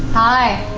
hi!